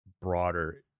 broader